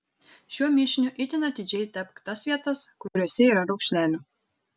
šiuo mišiniu itin atidžiai tepk tas vietas kuriose yra raukšlelių